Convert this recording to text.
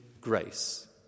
grace